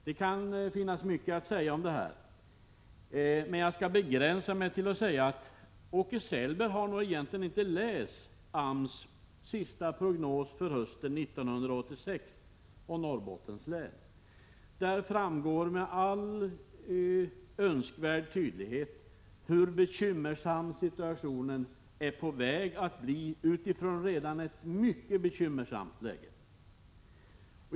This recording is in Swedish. Det finns mycket att säga om detta, men jag skall begränsa mig till att säga att Åke Selberg nog inte har läst AMS senaste prognos för Norrbottens län hösten 1986. Där framgår med all önskvärd tydlighet hur bekymmersam situationen är på väg att bli, utifrån ett redan mycket bekymmersamt läge.